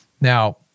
Now